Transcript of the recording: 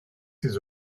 ces